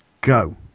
go